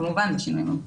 כמובן בשינויים המחויבים.